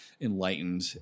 enlightened